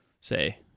say